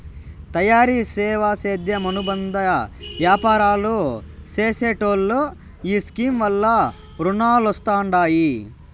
తయారీ, సేవా, సేద్యం అనుబంద యాపారాలు చేసెటోల్లో ఈ స్కీమ్ వల్ల రునాలొస్తండాయి